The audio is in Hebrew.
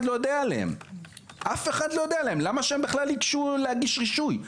לא יודע עליהם - למה שהם בכלל ייגשו להגיש רישוי,